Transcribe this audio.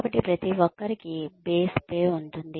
కాబట్టి ప్రతి ఒక్కరికి బేస్ పే ఉంటుంది